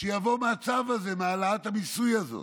שיבואו מהצו הזה, מהעלאת המס הזה.